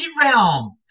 realm